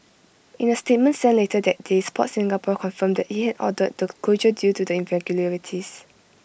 in A statement sent later that day Sport Singapore confirmed that IT had ordered the closure due to the irregularities